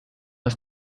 ist